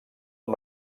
amb